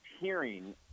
hearing